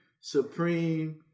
Supreme